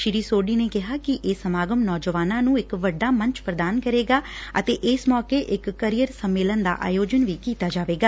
ਸ੍ਰੀ ਸੋਢੀ ਨੇ ਕਿਹਾ ਕਿ ਇਹ ਸਮਾਗਮ ਨੌਜਵਾਨਾਂ ਨੂੰ ਇਕ ਵੱਡਾ ਮੰਚ ਪ੍ਰਦਾਨ ਕਰੇਗਾ ਅਤੇ ਇਸ ਮੌਕੇ ਇਕ ਕਰੀਅਰ ਸੰਮੇਲਨ ਦਾ ਆਯੋਜਨ ਵੀ ਕੀਤਾ ਜਾਵੇਗਾ